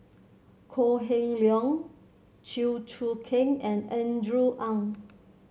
Kok Heng Leun Chew Choo Keng and Andrew Ang